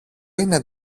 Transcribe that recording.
είναι